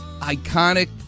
iconic